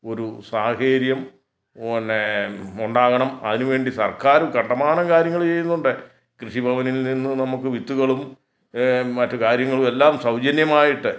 ഒരു സാഹചര്യം പിന്നെ ഉണ്ടാകണം അതിനുവേണ്ടി സർക്കാർ കണ്ടമാനം കാര്യങ്ങൾ ചെയ്യുന്നുണ്ട് കൃഷിഭവനിൽ നിന്നും നമുക്ക് വിത്തുകളും മറ്റു കാര്യങ്ങളും എല്ലാം സൗജന്യമായിട്ട്